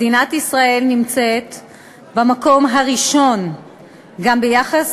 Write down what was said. מדינת ישראל נמצאת במקום הראשון גם ביחס